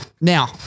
Now